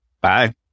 Bye